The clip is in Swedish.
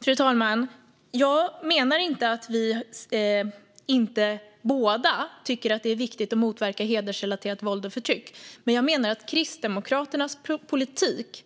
Fru talman! Jag menar inte att vi inte båda tycker att det är viktigt att motverka hedersrelaterat våld och förtryck, men jag menar att Kristdemokraternas politik